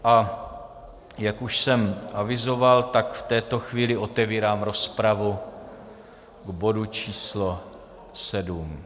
A jak už jsem avizoval, tak v této chvíli otevírám rozpravu k bodu číslo 7.